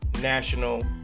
national